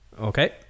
Okay